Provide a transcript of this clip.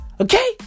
Okay